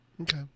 Okay